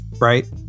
right